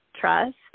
trust